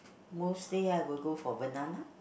mostly I will go for banana